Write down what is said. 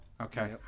Okay